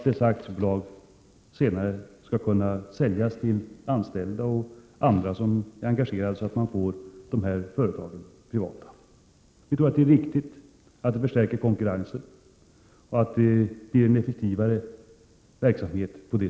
Dessa senare skall kunna säljas till anställda och andra som är engagerade, så att de blir privata företag. Vi tror att det är riktigt att göra så, att det förstärker konkurrensen och att verksamheten på det sättet blir effektivare.